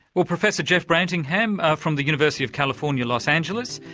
well professor jeff brantingham from the university of california, los angeles,